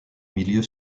milieu